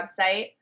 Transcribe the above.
website